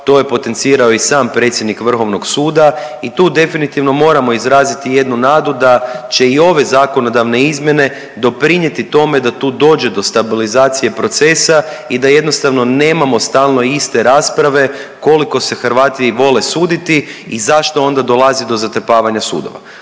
to je potencirao i sam predsjednik vrhovnog suda i tu definitivno moramo izraziti jednu nadu da će i ove zakonodavne izmjene doprinjeti tome da tu dođe do stabilizacije procesa i da jednostavno nemamo stalno iste rasprave koliko se Hrvati vole suditi i zašto onda dolazi do zatrpavanja sudova.